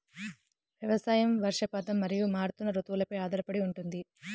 వ్యవసాయం వర్షపాతం మరియు మారుతున్న రుతువులపై ఆధారపడి ఉంటుంది